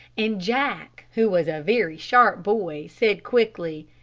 and jack, who was a very sharp boy, said quickly,